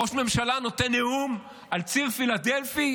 ראש ממשלה נותן נאום על ציר פילדלפי,